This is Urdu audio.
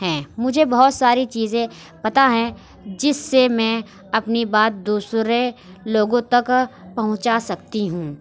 ہیں مجھے بہت ساری چیزیں پتہ ہیں جس سے میں اپنی بات دوسرے لوگوں تک پہنچا سکتی ہوں